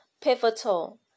pivotal